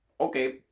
okay